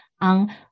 on